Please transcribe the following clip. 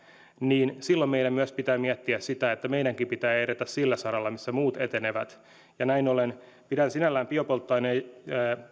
niin silloin meidän myös pitää miettiä sitä että meidänkin pitää edetä sillä saralla millä muut etenevät näin ollen pidän sinällään biopolttoaineen